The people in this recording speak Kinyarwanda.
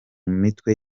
mitwe